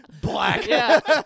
Black